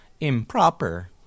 Improper